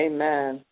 Amen